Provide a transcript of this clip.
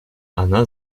она